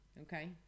Okay